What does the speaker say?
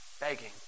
begging